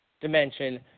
dimension